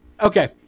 Okay